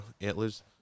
Antlers